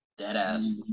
Deadass